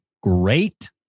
Great